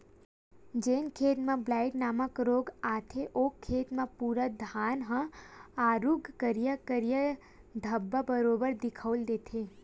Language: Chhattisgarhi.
जेन खेत म ब्लाईट नामक रोग आथे ओ खेत के पूरा धान ह आरुग करिया करिया धब्बा बरोबर दिखउल देथे